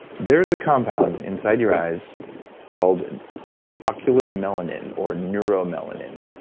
there's a compound inside your eyes called ocular melanin or neuromelanin,